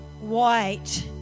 white